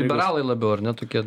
liberalai labiau ar ne tokie